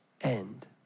end